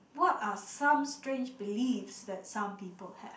what are some strange beliefs that some people have